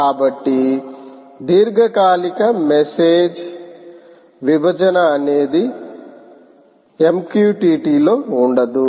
కాబట్టి దీర్ఘకాలిక మెసేజ్ విభజన అనేది MQTT లో ఉండదు